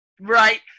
right